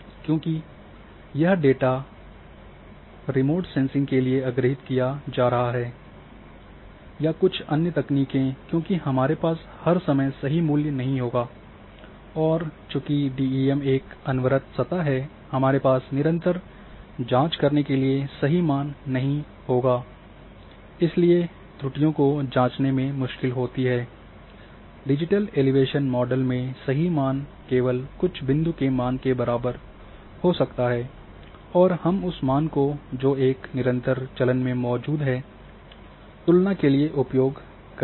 क्योंकि यह डेटा को रिमोट सेंसिंग के लिए अधिग्रहित किया जा रहा है तकनीक या कुछ अन्य तकनीकें क्योंकि हमारे पास हर समय सही मूल्य नहीं होगा और चूंकि डीईएम एक अनवरत सतह है हमारे पास निरंतर जांच करने के लिए सही मान नहीं हैं इसलिए त्रुटियों को जाँचने में मुश्किल होती है डिजिटल एलिवेशन मॉडल में सही मान केवल कुछ बिंदु के मान के बराबर हो सकता है और हम उस मान को जो एक निरंतर चलन में मौजूद हैं तुलना के लिए उपयोग करेंगे